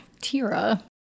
tira